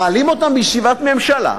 מעלים אותן מישיבת ממשלה,